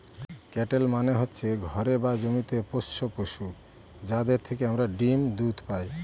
cattle মানে হচ্ছে ঘরে বা জমিতে পোষ্য পশু, যাদের থেকে আমরা ডিম দুধ পায়